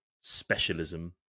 specialism